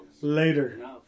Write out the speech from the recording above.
Later